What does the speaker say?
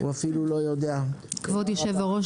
כבוד היושב-ראש,